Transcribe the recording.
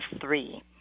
three